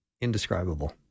indescribable